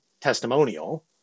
testimonial